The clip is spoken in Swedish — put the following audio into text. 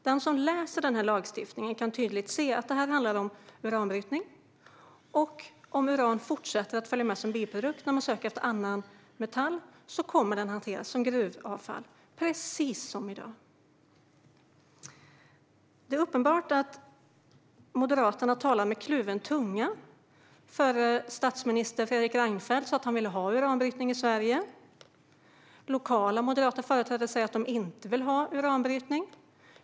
Den som läser lagförslaget kan tydligt se att det handlar om uranbrytning och att om uran fortsätter att följa med som biprodukt när man söker efter annan metall kommer det att hanteras som gruvavfall. Det är precis som i dag. Det är uppenbart att Moderaterna talar med kluven tunga. Förre statsministern Fredrik Reinfeldt sa att han ville ha uranbrytning i Sverige. Lokala moderata företrädare säger att de inte vill ha uranbrytning.